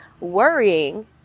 worrying